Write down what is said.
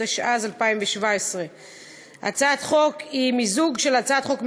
התשע"ז 2017. תציג את הצעת החוק,